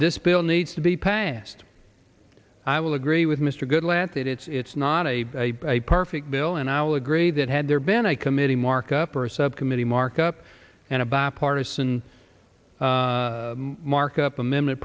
this bill needs to be passed i will agree with mr goodlatte that it's not a perfect bill and i will agree that had there been a committee markup or a subcommittee markup and a bipartisan markup amendment